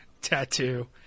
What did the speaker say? tattoo